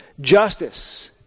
Justice